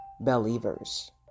believers